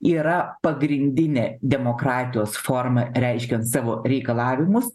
yra pagrindinė demokratijos forma reiškiant savo reikalavimus